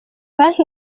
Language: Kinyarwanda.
banki